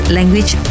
Language